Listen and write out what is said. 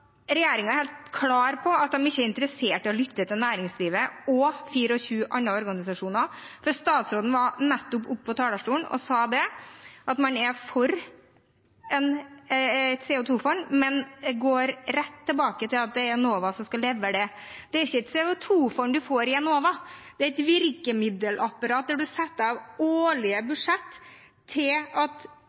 ikke er interessert i å lytte til næringslivet og 24 andre organisasjoner. Statsråden var nettopp oppe på talerstolen og sa at man er for et CO 2 -fond, men går rett tilbake til at det er Enova som skal levere det. Det er ikke et CO 2 -fond man får i Enova. Det er et virkemiddelapparat der man setter av årlige budsjetter, slik at